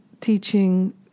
teaching